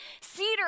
cedar